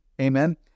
Amen